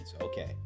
Okay